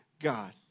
God